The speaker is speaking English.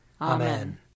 Amen